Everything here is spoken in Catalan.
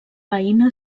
veïna